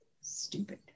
Stupid